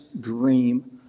dream